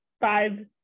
five